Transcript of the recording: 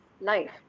life